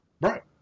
right